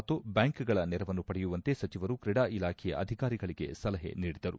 ಮತ್ತು ಬ್ಯಾಂಕ್ಗಳ ನೆರವನ್ನು ಪಡೆಯುವಂತೆ ಸಚಿವರು ಕ್ರೀಡಾ ಇಲಾಖೆಯ ಅಧಿಕಾರಿಗಳಿಗೆ ಸಲಹೆ ನೀಡಿದರು